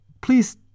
please